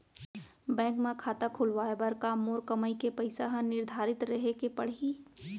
Bank म खाता खुलवाये बर का मोर कमाई के पइसा ह निर्धारित रहे के पड़ही?